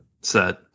set